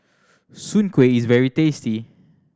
soon kway is very tasty